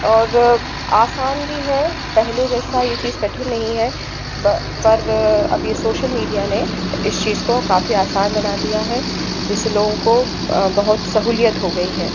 और आसान भी है पहले जैसा यह चीज़ कठिन नहीं है ब पर अब यह सोशल मीडिया ने इस चीज़ को काफ़ी आसान बना दिया है जिससे लोगों को बहुत सहूलियत हो गई है